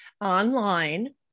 online